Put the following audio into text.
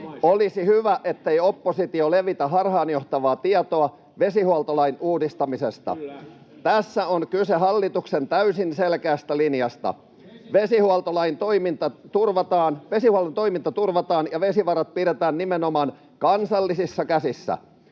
Olisi hyvä, ettei oppositio levitä harhaanjohtavaa tietoa vesihuoltolain uudistamisesta. Tässä on kyse hallituksen täysin selkeästä linjasta. Vesihuollon toiminta turvataan ja vesivarat pidetään nimenomaan kansallisissa käsissä.